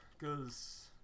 Cause